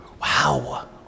wow